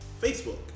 facebook